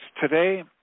today